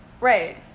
Right